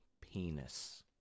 penis